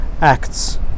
acts